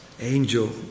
angel